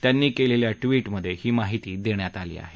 त्यांनी केलेल्या ट्वीटमध्ये ही माहिती देण्यात आली आहे